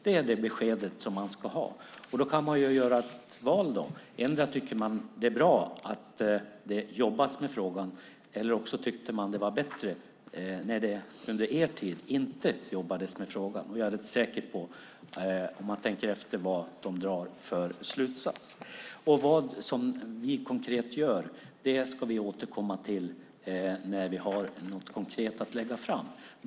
Det är det besked som ska ges. Då kan man göra ett val. Endera tycker man att det är bra att det jobbas med frågan, eller också tycker man att det var bättre när det under er tid inte jobbades med frågan. Jag är säker på vilken slutsats man drar. Vad vi konkret gör ska vi återkomma till när vi har något konkret att lägga fram.